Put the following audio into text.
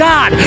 God